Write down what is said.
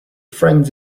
friends